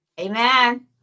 Amen